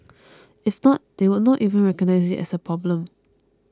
if not they would not even recognise it as a problem